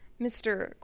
Mr